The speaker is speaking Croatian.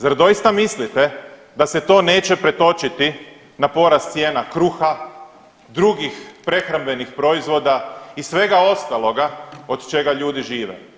Zar doista mislite da se to neće pretočiti na porast cijena kruha, drugih prehrambenih proizvoda i svega ostaloga od čega ljudi žive.